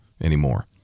anymore